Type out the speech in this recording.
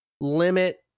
limit